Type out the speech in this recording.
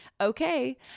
okay